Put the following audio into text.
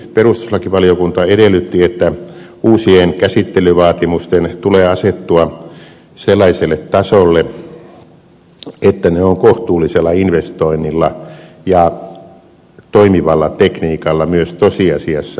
toiseksi perustuslakivaliokunta edellytti että uusien käsittelyvaatimusten tulee asettua sellaiselle tasolle joka on kohtuullisella investoinnilla ja toimivalla tekniikalla myös tosiasiassa mahdollista täyttää